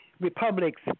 republic's